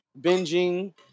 binging